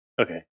Okay